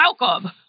Welcome